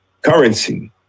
currency